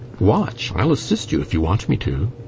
watch i'll assist you, if you want me to.